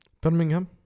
Birmingham